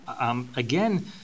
Again